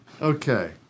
Okay